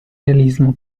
realismo